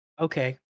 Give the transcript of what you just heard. Okay